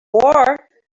war